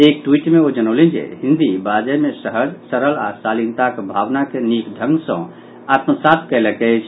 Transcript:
एक ट्वीट मे ओ जनौलनि जे हिन्दी बजय मे सहज सरल आ शालीनताक भावना के निक ढंग सँ आत्मसात कयलक अछि